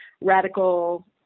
radical